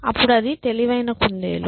అప్పుడు అది తెలివైన కుందేలు